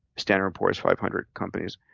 standard and poor's five hundred companies,